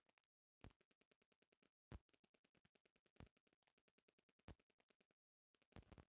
subsoiler खेत के ज्यादा गहराई तक माटी के कोड़ के अउरी पलट देवेला